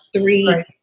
three